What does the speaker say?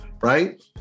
right